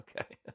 Okay